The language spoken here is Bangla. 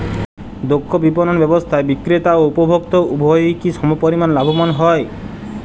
দক্ষ বিপণন ব্যবস্থায় বিক্রেতা ও উপভোক্ত উভয়ই কি সমপরিমাণ লাভবান হয়?